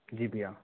जी भइया